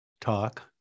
talk